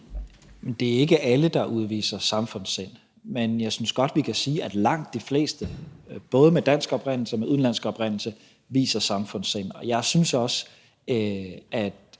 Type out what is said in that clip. Det er ikke alle, der udviser samfundssind, men jeg synes godt, vi kan sige, at langt de fleste, både dem med dansk oprindelse og dem med udenlandsk oprindelse, udviser samfundssind. Jeg synes også,